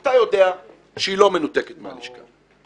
אתה יודע שהיא לא מנותקת מהלשכה.